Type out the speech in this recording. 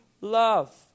love